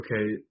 okay